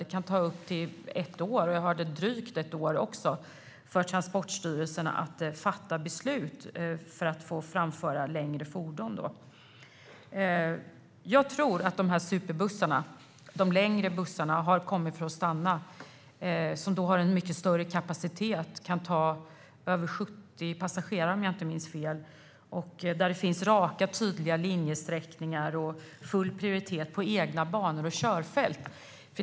Det kan ta upp till ett år, rent av drygt ett år, har jag hört, för Transportstyrelsen att fatta beslut om tillstånd att framföra längre fordon. Jag tror att superbussarna, de längre bussarna, har kommit för att stanna. De har en mycket större kapacitet och kan ta över 70 passagerare, om jag inte minns fel. Det finns raka och tydliga linjesträckningar och full prioritet på egna banor och körfält.